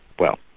well,